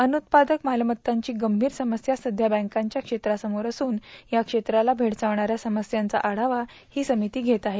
अनुत्पादक मालमत्तांची गंभीर समस्या सध्या वैंकिंग क्षेत्रासमोर असून या क्षेत्राला भेडसावणाऱ्या समस्यांचा आढावा ही समिती घेत आहे